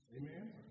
Amen